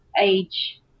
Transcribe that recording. age